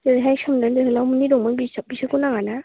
जेरैहाय सोमदोन जोहोलावनि दंमोन बिसोरखौ नाङाना